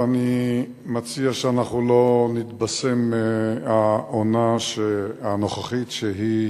אני מציע שלא נתבשם מהעונה הנוכחית, שהיא